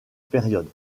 période